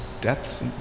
depths